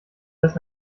das